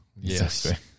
Yes